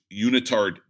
unitard